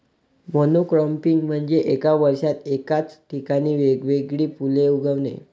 monocropping म्हणजे एका वर्षात एकाच ठिकाणी वेगवेगळी फुले उगवणे